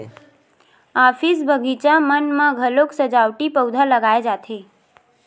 office, बगीचा मन म घलोक सजावटी पउधा लगाए जाथे